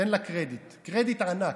תן לה קרדיט, קרדיט ענק.